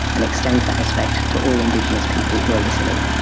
and extends that respect to all indigenous people who are listening.